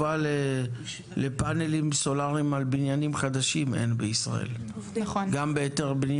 אם הצליחו לפענח את הרגולציה הזו, מה הבעיה